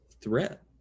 threat